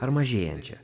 ar mažėjančią